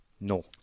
no